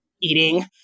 eating